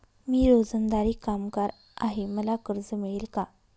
मी रोजंदारी कामगार आहे मला कर्ज मिळेल का?